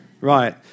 Right